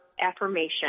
affirmation